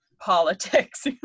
politics